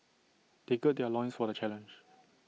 they gird their loins for the challenge